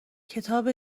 کتاب